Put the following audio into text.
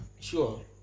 Sure